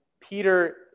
Peter